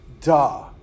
Duh